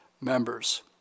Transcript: members